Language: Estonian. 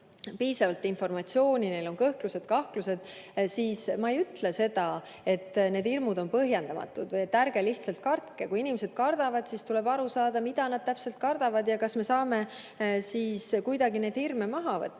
piisavalt informatsiooni, on kõhklused-kahtlused. Ma ei ütle seda, et need hirmud on põhjendamatud või lihtsalt, et ärge kartke. Kui inimesed kardavad, siis tuleb aru saada, mida nad kardavad ja kas me saame kuidagi neid hirme maha